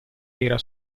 era